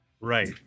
right